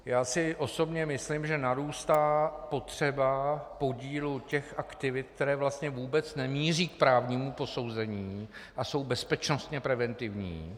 Já osobně si myslím, že narůstá potřeba podílu těch aktivit, které vlastně vůbec nemíří k právnímu posouzení a jsou bezpečnostně preventivní.